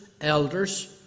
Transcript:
elders